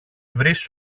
βρεις